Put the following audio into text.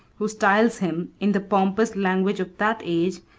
who styles him, in the pompous language of that age,